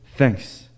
Thanks